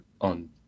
on